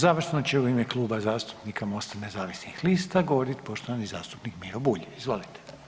Završno će u ime Kluba zastupnika Mosta nezavisnih lista govoriti poštovani zastupnik Miro Bulj, izvolite.